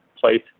place